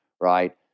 right